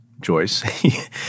joyce